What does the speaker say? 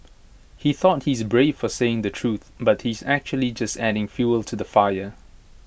he thought he's brave for saying the truth but he's actually just adding fuel to the fire